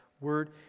word